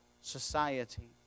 society